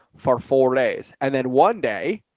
for, four lays. and then one day.